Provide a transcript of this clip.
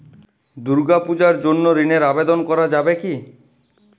দুর্গাপূজার জন্য ঋণের আবেদন করা যাবে কি?